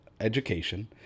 education